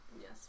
Yes